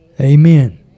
amen